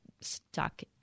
stuck